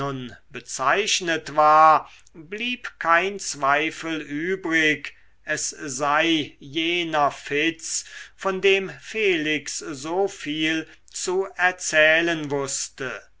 bezeichnet war blieb kein zweifel übrig es sei jener fitz von dem felix so viel zu erzählen wußte